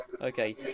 Okay